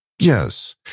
Yes